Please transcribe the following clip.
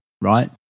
right